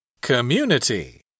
Community